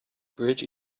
bridge